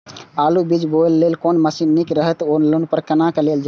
आलु बीज बोय लेल कोन मशीन निक रहैत ओर लोन पर केना लेल जाय?